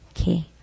Okay